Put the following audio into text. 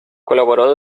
colaboró